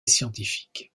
scientifique